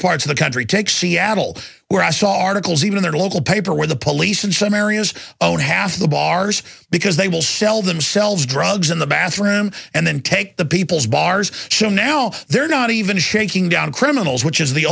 parts of the country take seattle where i saw articles even their local paper where the police in some areas own half of the bars because they will sell themselves drugs in the bathroom and then take the people's bars so now they're not even shaking down criminals which is the